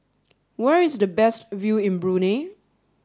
where is the best view in Brunei